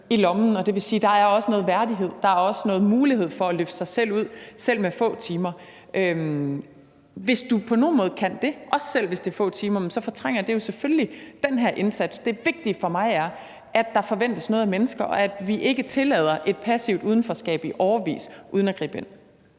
det, og at der også er noget mulighed for at løfte sig selv ud, selv med få timer. Hvis du på nogen måde kan det, også selv om det er få timer, fortrænger det jo selvfølgelig den her indsats. Det vigtige for mig er, at der forventes noget af mennesker, og at vi ikke tillader et passivt udenforskab i årevis uden at gribe ind.